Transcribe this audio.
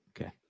Okay